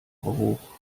hoch